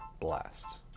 blast